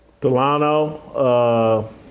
Delano